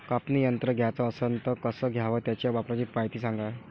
कापनी यंत्र घ्याचं असन त कस घ्याव? त्याच्या वापराची मायती सांगा